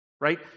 right